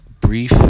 brief